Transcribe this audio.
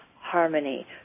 harmony